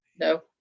No